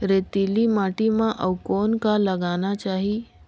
रेतीली माटी म अउ कौन का लगाना चाही?